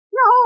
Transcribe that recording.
no